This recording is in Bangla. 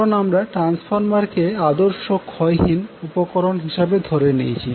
কারণ আমরা ট্রান্সফর্মারকে আদর্শ ক্ষয়হীন উপকরণ হিসেবে ধরে নিয়েছি